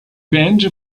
band